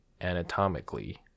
anatomically